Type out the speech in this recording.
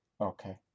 okay